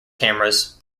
cameras